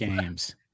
Games